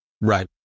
Right